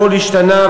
הכול השתנה,